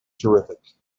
terrific